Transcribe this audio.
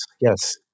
yes